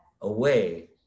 away